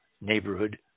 neighborhood